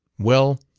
well,